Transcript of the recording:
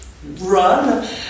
run